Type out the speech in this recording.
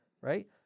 right